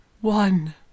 One